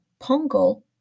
Pongal